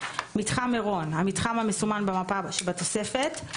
"מתחם מירון" המתחם המסומן במפה שבתוספת הראשונה,